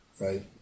Right